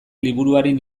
liburuaren